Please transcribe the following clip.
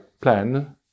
plan